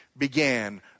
began